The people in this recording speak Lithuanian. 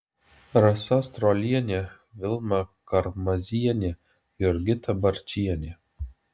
rasa strolienė vilma karmazienė jurgita barčienė